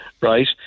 right